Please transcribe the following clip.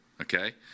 okay